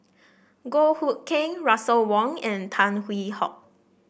Goh Hood Keng Russel Wong and Tan Hwee Hock